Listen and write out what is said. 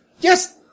Yes